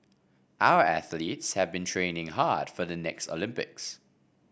our athletes have been training hard for the next Olympics